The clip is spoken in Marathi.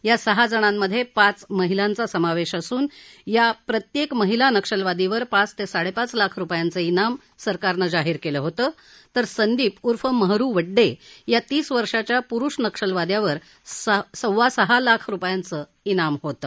या सहा जणांमध्ये पाच महिलांचा समावेश असून या प्रत्येक नक्षलवादीवर पाच ते साडेपाच लाख रुपयांचं इनाम सरकारनं जाहीर केलं होतं तर संदीप उर्फ महरु वड्डे या तीस वर्षाच्या पुरुष नक्षलवाद्यावर सव्वा सहा लाख रुपयांचं इनाम होतं